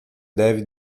deve